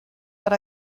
but